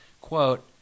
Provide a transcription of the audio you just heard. quote